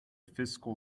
fiscal